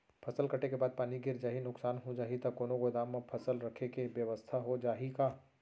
फसल कटे के बाद पानी गिर जाही, नुकसान हो जाही त कोनो गोदाम म फसल रखे के बेवस्था हो जाही का?